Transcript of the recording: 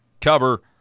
cover